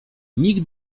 nikt